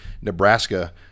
Nebraska –